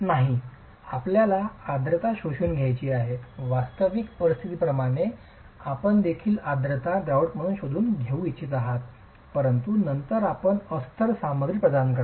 नाही आपल्याला आर्द्रता शोषून घ्यायची आहे वास्तविक परिस्थितीप्रमाणेच आपणदेखील आर्द्रता ग्रॉउटमधून शोषून घेऊ इच्छित आहात परंतु नंतर आपण अस्तर सामग्री प्रदान करा